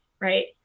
right